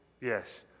Yes